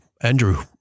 Andrew